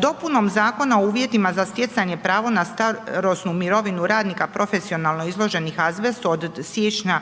Dopunom Zakona o uvjetima za stjecanje prava za starosnu mirovinu radnika profesionalno izloženih azbestu od siječnja